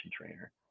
trainer